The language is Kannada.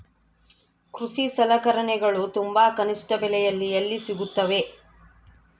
ಕೃಷಿ ಸಲಕರಣಿಗಳು ತುಂಬಾ ಕನಿಷ್ಠ ಬೆಲೆಯಲ್ಲಿ ಎಲ್ಲಿ ಸಿಗುತ್ತವೆ?